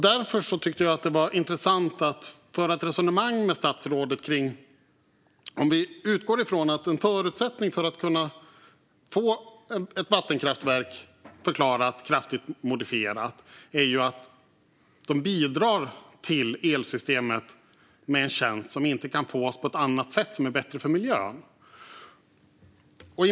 Därför tyckte jag att det var intressant att föra ett resonemang med statsrådet. Låt oss utgå från att en förutsättning för att få ett vattenkraftverk förklarat kraftigt modifierat är att det bidrar till elsystemet med en tjänst som inte kan fås på något annat sätt som är bättre för miljön.